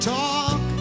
talk